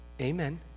Amen